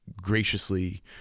graciously